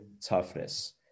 toughness